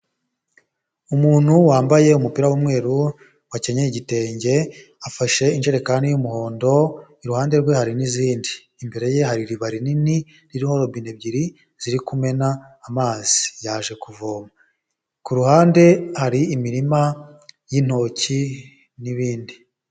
Umuntu wambaye umupira w'umweru wakenyeye igitenge, afashe ijerekani y'umuhondo, iruhande rwe hari n'izindi, imbere ye hari iriba rinini ririho robine ebyiri ziri kumena amazi, yaje kuvoma. Ku ruhande hari imirima y'intoki n'ibindi.